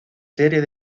series